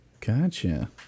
Gotcha